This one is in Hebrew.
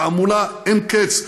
תעמולה אין קץ.